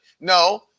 No